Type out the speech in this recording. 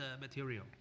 material